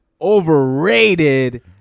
Overrated